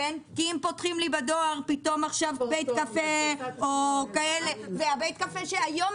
כי אם פותחים בדואר בית קפה אז בית הקפה הסמוך שהיום